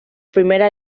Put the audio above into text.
primera